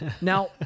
Now